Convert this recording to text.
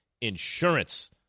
Insurance